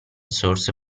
source